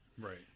Right